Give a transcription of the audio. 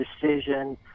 decision